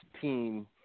team